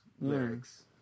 Lyrics